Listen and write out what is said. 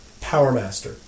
Powermaster